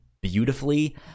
beautifully